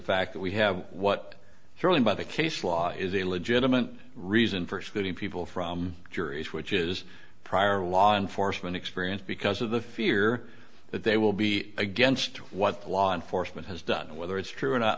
fact that we have what surely by the case law is a legitimate reason for excluding people from juries which is prior law enforcement experience because of the fear that they will be against what the law enforcement has done whether it's true